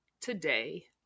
today